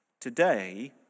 today